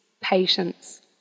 patience